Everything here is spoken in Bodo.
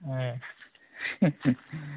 ए